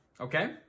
okay